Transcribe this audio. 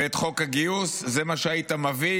ואת חוק הגיוס, זה מה שהיית מביא?